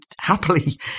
happily